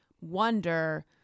wonder